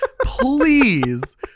please